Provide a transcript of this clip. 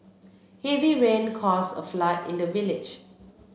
heavy rain caused a flood in the village